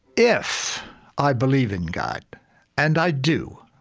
if i believe in god and i do.